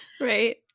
Right